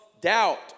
doubt